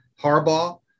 Harbaugh